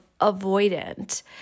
avoidant